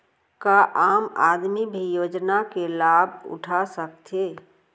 का आम आदमी भी योजना के लाभ उठा सकथे?